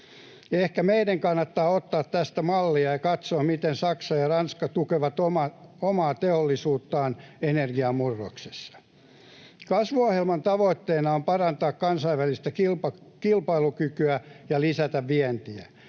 Ehkä meidän kannattaa ottaa tästä mallia ja katsoa, miten Saksa ja Ranska tukevat omaa teollisuuttaan energiamurroksessa. Kasvuohjelman tavoitteena on parantaa kansainvälistä kilpailukykyä ja lisätä vientiä.